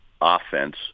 offense